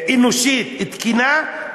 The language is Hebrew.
אנושית ותקינה,